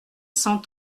cent